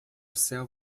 céu